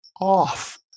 off